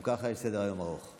גם ככה יש סדר-יום ארוך.